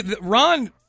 Ron